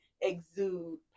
exude